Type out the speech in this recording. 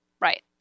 right